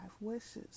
wishes